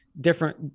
different